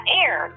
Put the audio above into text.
air